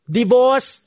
divorce